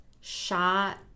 shot